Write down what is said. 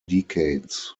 decades